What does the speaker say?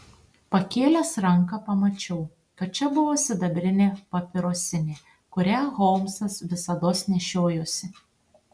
pakėlęs ranką pamačiau kad čia buvo sidabrinė papirosinė kurią holmsas visados nešiojosi